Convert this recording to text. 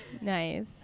Nice